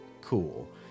cool